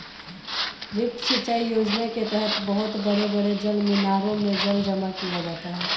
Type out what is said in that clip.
lift सिंचाई योजना के तहद बहुत बड़े बड़े जलमीनारों में जल जमा किया जाता है